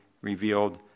revealed